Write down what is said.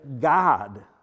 God